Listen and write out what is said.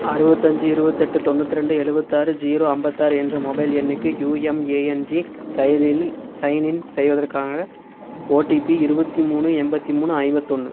அறுபத்தஞ்சி இருபத்தெட்டு தொண்ணூத்ரெண்டு எழுபத்தாறு ஜீரோ ஐம்பத்தாறு என்ற மொபைல் எண்ணுக்கு யுஏஎம்ஏஎன்ஜி செயலியில் சைன்இன் செய்வதற்கான ஓடிபி இருபத்தி மூணு எண்பத்தி மூணு ஐம்பத்தி ஒன்று